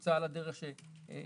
שנמצא על הדרך שמשהו